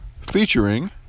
featuring